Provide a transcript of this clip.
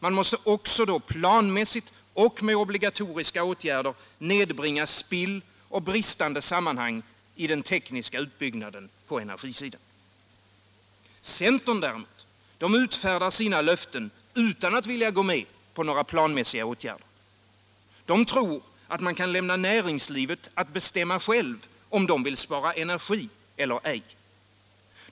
Man måste också planmässigt och med obligatoriska åtgärder nedbringa spill och minska bristerna när det gäller sammanhangen i den tekniska utbyggnaden på energisidan. Centern däremot utfärdar sina löften utan att vilja gå med på några planmässiga åtgärder. Centerpartisterna tror att man kan överlåta åt näringslivet att bestämma självt om det vill spara energi eller inte.